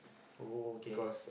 oh okay